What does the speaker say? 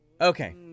okay